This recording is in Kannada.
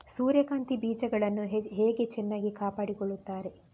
ಸೂರ್ಯಕಾಂತಿ ಬೀಜಗಳನ್ನು ಹೇಗೆ ಚೆನ್ನಾಗಿ ಕಾಪಾಡಿಕೊಳ್ತಾರೆ?